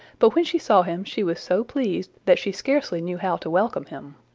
but when she saw him she was so pleased that she scarcely knew how to welcome him.